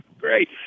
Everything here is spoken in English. Great